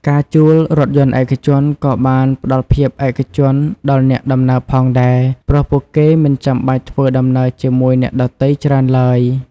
ការជួលរថយន្តឯកជនក៏បានផ្តល់ភាពឯកជនដល់អ្នកដំណើរផងដែរ ព្រោះពួកគេមិនចាំបាច់ធ្វើដំណើរជាមួយអ្នកដទៃច្រើនឡើយ។